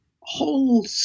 whole